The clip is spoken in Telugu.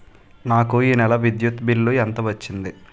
నాకు ఈ నెల విద్యుత్ బిల్లు ఎంత వచ్చింది?